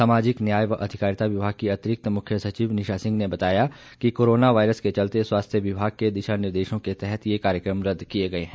सामाजिक न्याय व अधिकारिता विभाग की अतिरिक्त मुख्य सचिव निशा सिंह ने बताया कि कारोना वायरस के चलते स्वास्थ्य विभाग के दिशा निर्देशों के तहत ये कार्यक्रम रद्द किये गये हैं